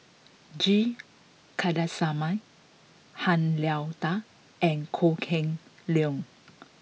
G Kandasamy Han Lao Da and Kok Heng Leun